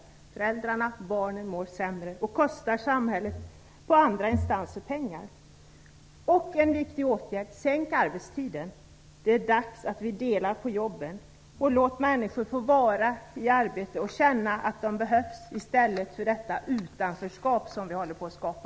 Både föräldrarna och barnen mår sämre och kostar samhället pengar inom andra instanser. Sedan en viktig åtgärd: Sänk arbetstiden! Det är dags för oss att dela på jobben. Låt människor få vara i arbete och få känna att de behövs; detta i stället för det utanförskap som vi håller på att skapa!